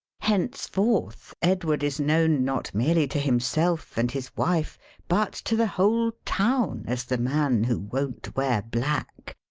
henceforth edward is known not merely to himself and his wife but to the whole town as the man who won't wear black.